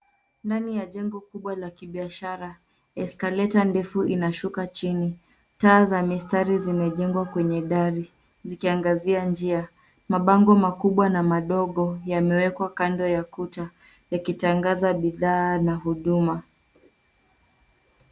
Ndani ya jengo kubwa la kibiashara cs[escalator]cs ndefu inashuka chini. Taa za mistari zimejengwa kwenye dari, zikiangazia njia. Mabango makubwa na madogo yamewekwa kando ya kuta yakitangaza bidhaa na huduma.